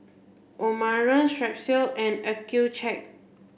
Omron Strepsils and Accucheck